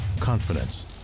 confidence